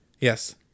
Yes